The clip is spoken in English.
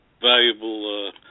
Valuable